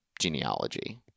genealogy